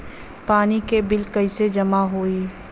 पानी के बिल कैसे जमा होयी?